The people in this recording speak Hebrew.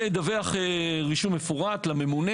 ולדווח רישום מפורט לממונה.